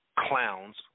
Clowns